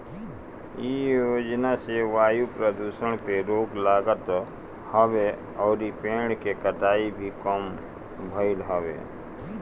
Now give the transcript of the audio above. इ योजना से वायु प्रदुषण पे रोक लागत हवे अउरी पेड़ के कटाई भी कम भइल हवे